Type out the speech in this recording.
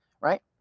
Right